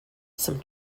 some